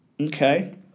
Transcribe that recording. Okay